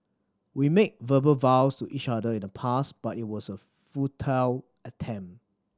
we made verbal vows to each other in the past but it was a futile attempt